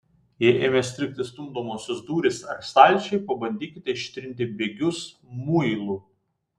jei ėmė strigti stumdomosios durys ar stalčiai pabandykite ištrinti bėgius muilu